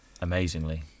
amazingly